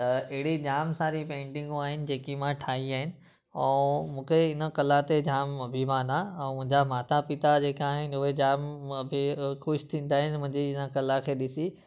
त अहिड़ी जाम सारी पेंटिंगूं आहिनि जेकी मां ठाही आहिनि ऐं मूंखे इन कला ते जाम अभिमान आहे ऐं मुंहिंजा माता पिता जेके आहिनि उहे जाम अभि ख़ुशि थींदा आहिनि मुंहिंजी इन कला खे ॾिसी